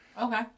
okay